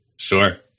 Sure